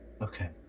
Okay